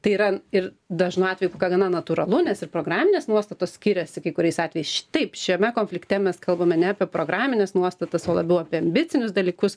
tai yra ir dažnu atveju kad na natūralu nes ir programinės nuostatos skiriasi kai kuriais atvejais taip šiame konflikte mes kalbame ne apie programines nuostatas o labiau apie ambicinius dalykus